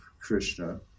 Krishna